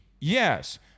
yes